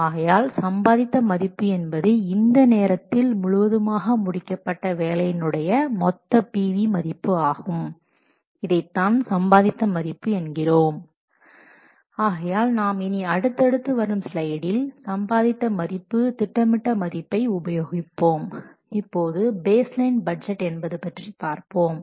ஆகையால் சம்பாதித்த மதிப்பு என்பது இந்த நேரத்தில் முழுவதுமாக முடிக்கப்பட்ட வேலையினுடைய மொத்த PV மதிப்பு ஆகும் இதைத்தான் சம்பாதித்த மதிப்பு என்கிறோம் ஆகையால் நாம் இனி அடுத்தடுத்து வரும் ஸ்லைடில் சம்பாதித்த மதிப்பு திட்டமிட்ட மதிப்பை உபயோகிப்போம் இப்போது பேஸ் லைன் பட்ஜெட் என்பது பற்றி பார்ப்போம்